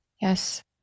Yes